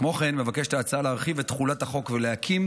כמו כן מבקשת ההצעה להרחיב את תחולת החוק ולהקים